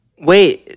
Wait